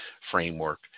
Framework